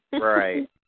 Right